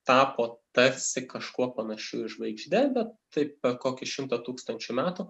tapo tarsi kažkuo panašiu į žvaigždes bet tai per kokį šimtą tūkstančių metų